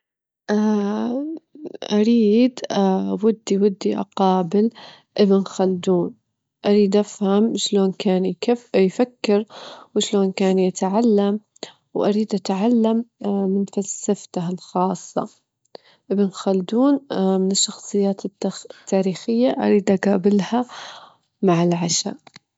أفضل زر إيقاف الزمن، لأني أجدر أخد راحتي في الوقت الحالي، وأجدر أركز على نفسي، وإني ما ألاجي حاجة تزعجني يعني، برايي إن هادا رايي الشخصي ممكن في ناس مايحبون دة الشي، بس دة الشي مهم.